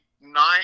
nine